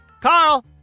Carl